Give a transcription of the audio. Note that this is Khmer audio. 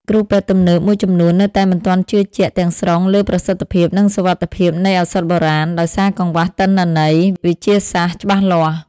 គ្រូពេទ្យទំនើបមួយចំនួននៅតែមិនទាន់ជឿជាក់ទាំងស្រុងលើប្រសិទ្ធភាព និងសុវត្ថិភាពនៃឱសថបុរាណ ដោយសារកង្វះទិន្នន័យវិទ្យាសាស្ត្រច្បាស់លាស់។